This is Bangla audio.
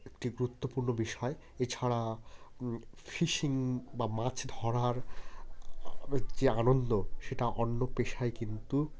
একটি গুরুত্বপূর্ণ বিষয় এছাড়া ফিশিং বা মাছ ধরার যে আনন্দ সেটা অন্য পেশায় কিন্তু